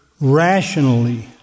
rationally